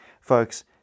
folks